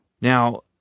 Now